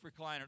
recliner